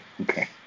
okay